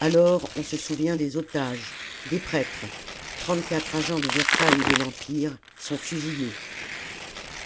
alors on se souvient des otages des prêtres trente-quatre agents de versailles et de l'empire sont fusillés